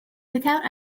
without